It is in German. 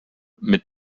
mit